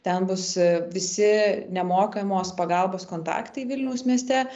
ten bus visi nemokamos pagalbos kontaktai vilniaus mieste